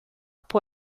può